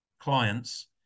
clients